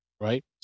right